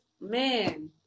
man